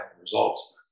results